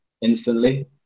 instantly